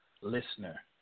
listener